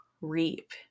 reap